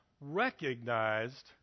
recognized